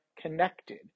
connected